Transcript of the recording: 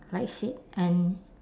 likes it and